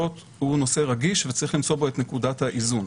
הוא נושא רגיש וצריך למצוא בו את נקודת האיזון.